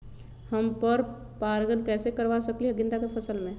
हम पर पारगन कैसे करवा सकली ह गेंदा के फसल में?